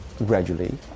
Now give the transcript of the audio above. gradually